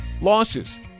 losses